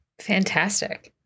fantastic